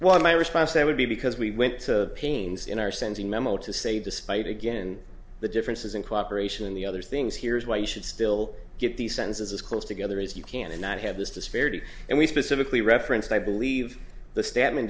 want my response there would be because we went to pains in our sending memo to say despite again the differences in cooperation in the other things here is why you should still give the census as close together as you can and not have this disparity and we specifically referenced i believe the stat